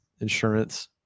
insurance